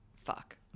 Fuck